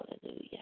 Hallelujah